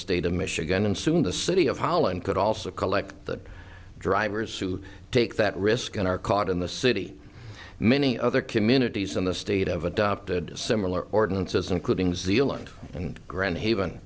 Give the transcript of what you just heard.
state of michigan and soon the city of holland could also collect the drivers who take that risk and are caught in the city many other communities in the state of adopted similar ordinances including zealand and grand haven